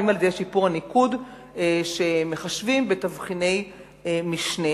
ואם על-ידי שיפור הניקוד שמחשבים בתבחיני משנה.